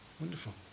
Wonderful